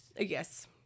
Yes